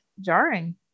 jarring